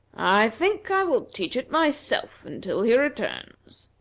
i think i will teach it myself until he returns.